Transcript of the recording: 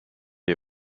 les